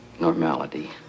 normality